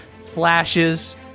flashes